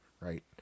right